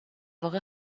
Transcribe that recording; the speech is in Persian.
واقع